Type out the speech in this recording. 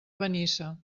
benissa